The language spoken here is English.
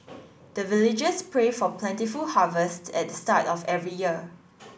the villagers pray for plentiful harvest at the start of every year